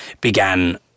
began